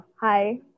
hi